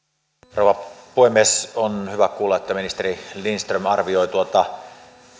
rouva puhemies on hyvä kuulla että ministeri lindström arvioi